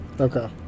Okay